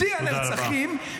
שיא הנרצחים -- תודה רבה.